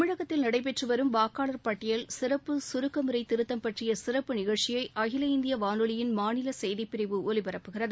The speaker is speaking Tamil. தமிழகத்தில் நடைபெற்று வரும் வாக்காளர் பட்டியல் சிறப்பு கருக்க முறைத் திருத்தம் பற்றிய சிறப்பு நிகழ்ச்சியை அகில இந்திய வானொலியின் மாநில செய்திப் பிரிவு ஒலிபரப்புகிறது